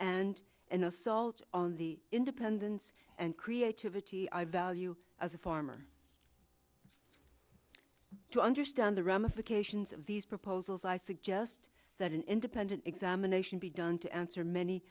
and an assault on the independence and creativity i value as a farmer to understand the ramifications of these proposals i suggest that an independent examination be done to answer many